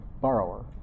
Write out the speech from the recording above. borrower